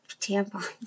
tampons